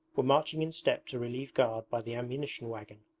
were marching in step to relieve guard by the ammunition wagon.